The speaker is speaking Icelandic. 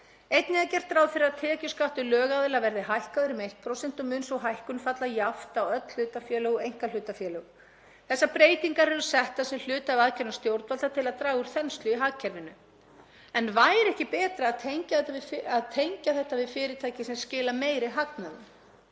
Einnig er gert ráð fyrir því að tekjuskattur lögaðila verði hækkaður um 1% og mun sú hækkun falla jafnt á öll hlutafélög og einkahlutafélög. Þessar breytingar eru gerðar sem hluti af aðgerðum stjórnvalda til að draga úr þenslu í hagkerfinu. En væri ekki betra að tengja þetta við fyrirtæki sem skila meiri hagnaði?